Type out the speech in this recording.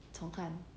重看